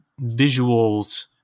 visuals